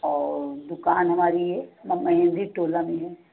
और दुकान हमारी यह टोला में है